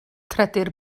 credir